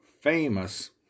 famous